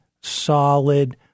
solid